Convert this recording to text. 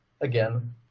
again